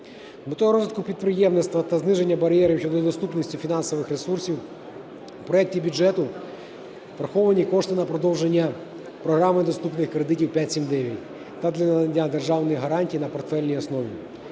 Метою розвитку підприємництва та зниження бар'єрів щодо недоступності фінансових ресурсів у проекті бюджету враховані кошти на продовження програми "Доступні кредити 5-7-9" та для надання державних гарантій на портфельній основі.